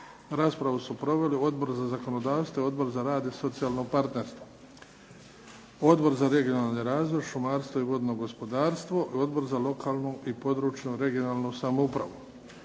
Raspravu su proveli Odbor za zakonodavstvo i Odbor za rad i socijalno partnerstvo, Odbor za regionalni razvoj, šumarstvo i vodno gospodarstvo, Odbor za lokalnu i područnu (regionalnu) samoupravu.